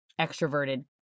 extroverted